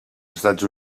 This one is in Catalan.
estats